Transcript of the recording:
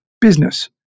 business